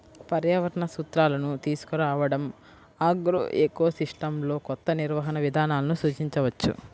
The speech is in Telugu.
పర్యావరణ సూత్రాలను తీసుకురావడంఆగ్రోఎకోసిస్టమ్లోకొత్త నిర్వహణ విధానాలను సూచించవచ్చు